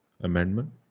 amendment